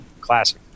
Classic